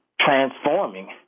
transforming